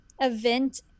event